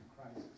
crisis